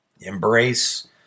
Embrace